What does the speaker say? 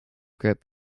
grip